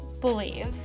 believe